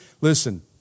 Listen